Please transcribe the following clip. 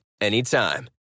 anytime